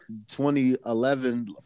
2011